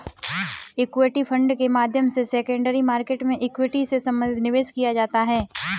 equity fund के माध्यम से सेकेंडरी मार्केट में इक्विटी से संबंधित निवेश किया जाता है